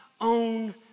own